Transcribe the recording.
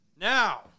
Now